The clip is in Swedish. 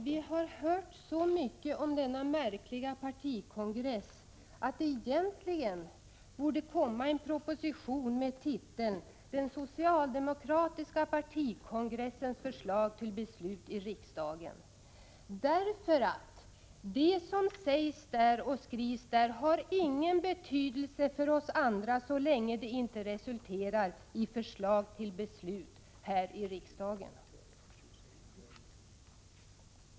Vi har hört så mycket om denna märkliga partikongress att det egentligen borde komma en proposition med titeln: ”Den socialdemokratiska partikongressens förslag till beslut i riksdagen.” Det som sägs där och skrivs där har ingen betydelse för oss andra så länge det inte resulterar i förslag till beslut här i riksdagen.